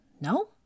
No